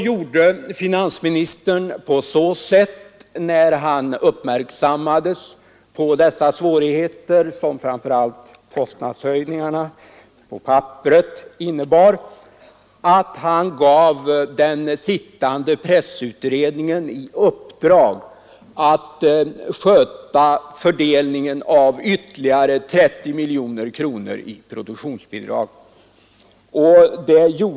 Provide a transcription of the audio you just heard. När finansministern uppmärksammades på dessa svårigheter som framför allt kostnadsökningarna för papperet innebar, gav han den sittande pressutredningen i uppdrag att sköta fördelningen av ytterligare 30 miljoner kronor i produktionsbidrag.